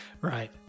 Right